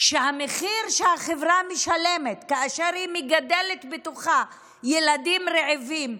שהמחיר שהחברה משלמת כאשר היא מגדלת בתוכה ילדים רעבים,